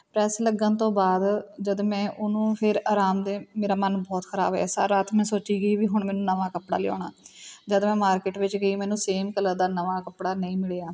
press ਲੱਗਣ ਤੋਂ ਬਾਅਦ ਜਦੋਂ ਮੈਂ ਉਹਨੂੰ ਫਿਰ ਆਰਾਮ ਦੇ ਮੇਰਾ ਮਨ ਬਹੁਤ ਖਰਾਬ ਹੋਇਆ ਸਾਰੀ ਰਾਤ ਮੈਂ ਸੋਚੀ ਗਈ ਵੀ ਹੁਣ ਮੈਨੂੰ ਨਵਾਂ ਕੱਪੜਾ ਲਿਆਉਣਾ ਜਦ ਮੈਂ ਮਾਰਕੀਟ ਵਿੱਚ ਗਈ ਮੈਨੂੰ ਸੇਮ ਕਲਰ ਦਾ ਨਵਾਂ ਕੱਪੜਾ ਨਹੀਂ ਮਿਲਿਆ